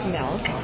milk